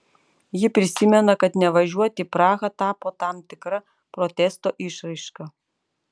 ji prisimena kad nevažiuoti į prahą tapo tam tikra protesto išraiška